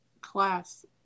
class